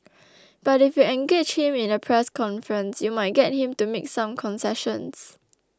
but if you engage him in a press conference you might get him to make some concessions